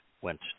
went